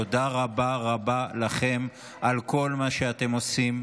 תודה רבה רבה לכם על מה שאתם עושים,